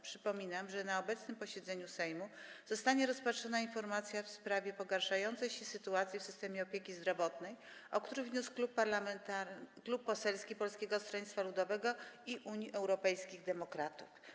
Przypominam, że na obecnym posiedzeniu Sejmu zostanie rozpatrzona informacja w sprawie pogarszającej się sytuacji w systemie opieki zdrowotnej, o którą wniósł Klub Poselski Polskiego Stronnictwa Ludowego - Unii Europejskich Demokratów.